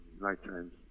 nighttime